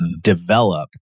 develop